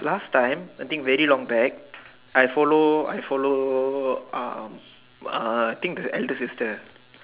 last time I think very long back I follow I follow um uh I think the elder sister